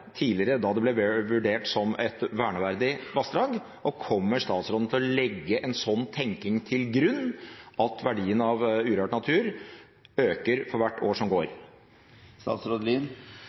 tidligere, da det ble vurdert som et verneverdig vassdrag? Og: Kommer statsråden til å legge en slik tenkning til grunn: at verdien av urørt natur øker for hvert år som går?